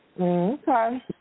Okay